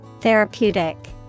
Therapeutic